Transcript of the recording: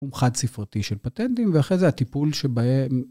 הוא חד ספרתי ספרתי של פטנטים, ואחרי זה הטיפול שבהם